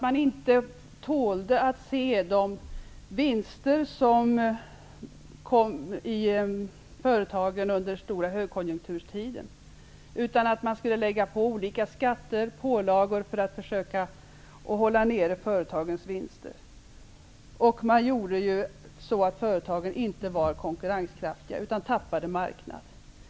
Man tålde inte att se företagens stora vinster under högkonjunkturstiden, utan man ville lägga på olika skatter och pålagor för att hålla nere vinsterna. Detta gjorde att företagen inte blev konkurrenskraftiga. De tappade marknad.